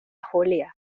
julia